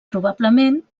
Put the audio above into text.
probablement